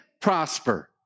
prosper